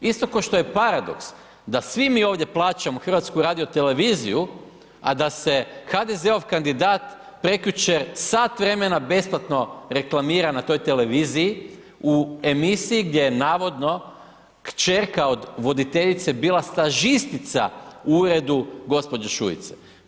Isto košto je paradoks da svi mi ovdje plaćamo HRT, a da se HDZ-ov kandidat prekjučer sat vremena besplatno reklamira na toj televiziji u emisiji gdje je navodno kćerka od voditeljice bila stažistica u uredu gđe. Šuice.